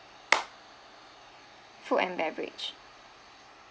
food and beverage